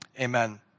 Amen